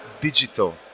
digital